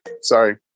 Sorry